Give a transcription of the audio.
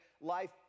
life